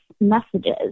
messages